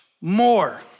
more